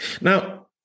Now